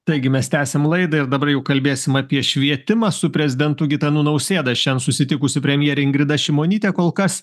taigi mes tęsiam laidą ir dabar jau kalbėsim apie švietimą su prezidentu gitanu nausėda šian susitikusi premjerė ingrida šimonytė kol kas